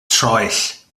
troell